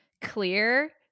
clear